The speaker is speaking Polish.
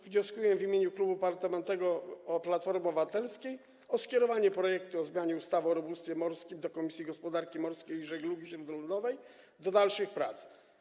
Wnioskuję w imieniu Klubu Parlamentarnego Platforma Obywatelska o skierowanie projektu o zmianie ustawy o rybołówstwie morskim do Komisji Gospodarki Morskiej i Żeglugi Śródlądowej do dalszych prac.